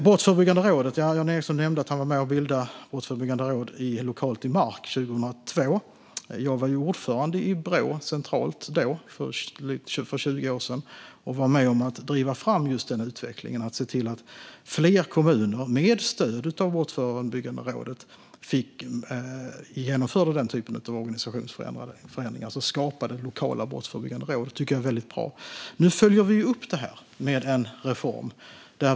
Jan Ericson nämnde att han var med och bildade ett brottsförebyggande råd lokalt i Mark 2002. Jag var ordförande i Brå centralt då, för 20 år sedan, och var med om att driva fram just den utvecklingen och se till att fler kommuner med stöd av Brottsförebyggande rådet fick genomföra den typen av organisationsförändringar och skapa lokala brottsförebyggande råd. Detta tycker jag är väldigt bra. Nu följer vi upp det här med en reform.